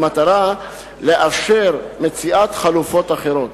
במטרה לאפשר מציאת חלופות אחרות.